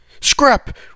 Scrap